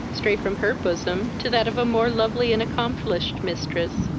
stray from her bosom to that of a more lovely and accomplished mistress